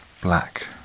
black